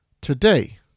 Today